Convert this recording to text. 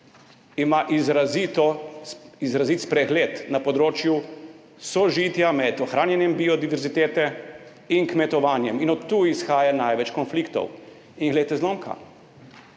ima izrazit spregled na področju sožitja med ohranjanjem biodiverzitete in kmetovanjem. In od tu izhaja največ konfliktov. In, glejte zlomka,